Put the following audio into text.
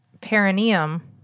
perineum